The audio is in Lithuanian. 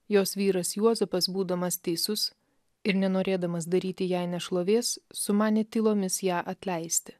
jos vyras juozapas būdamas teisus ir nenorėdamas daryti jai nešlovės sumanė tylomis ją atleisti